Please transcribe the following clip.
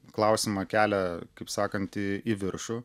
klausimą kelia kaip sakant į į viršų